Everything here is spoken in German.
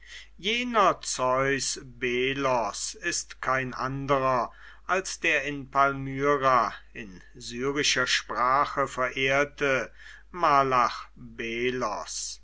jener zeus belos ist kein anderer als der in palmyra in syrischer sprache verehrte